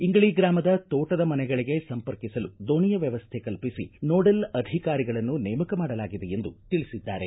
ಇಂಗಳಿ ಗ್ರಾಮದ ತೋಟದ ಮನೆಗಳಿಗೆ ಸಂಪರ್ಕಿಸಲು ದೋಣಿಯ ವ್ಯವಸ್ಥೆ ಕಲ್ಪಿಸಿ ನೋಡಲ್ ಅಧಿಕಾರಿಗಳನ್ನು ನೇಮಕ ಮಾಡಲಾಗಿದೆ ಎಂದು ತಿಳಿಸಿದ್ದಾರೆ